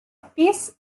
pis